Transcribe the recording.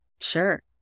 Sure